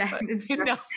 No